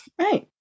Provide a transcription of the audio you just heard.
right